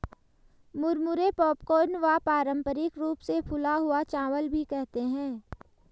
मुरमुरे पॉपकॉर्न व पारम्परिक रूप से फूला हुआ चावल भी कहते है